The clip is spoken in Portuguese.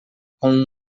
com